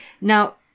Now